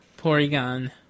Porygon